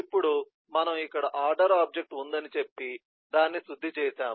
ఇప్పుడు మనము ఇక్కడ ఆర్డర్ ఆబ్జెక్ట్ ఉందని చెప్పి దాన్ని శుద్ధి చేసాము